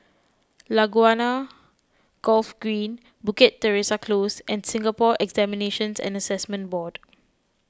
Laguna Golf Green Bukit Teresa Close and Singapore Examinations and Assessment Board